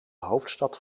hoofdstad